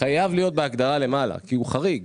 חייב להיות בהגדרה למעלה כי הוא חריג.